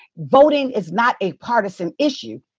voting is not a partisan issue.